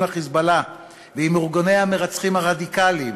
ה"חיזבאללה" ועם ארגוני המרצחים הרדיקליים